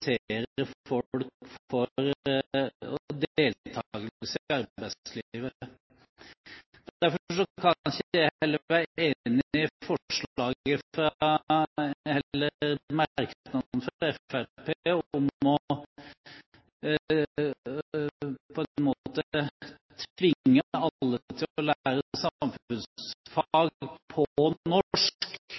folk for deltakelse i arbeidslivet. Derfor kan ikke jeg heller være enig i merknaden fra Fremskrittspartiet om å tvinge alle til å lære